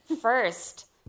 First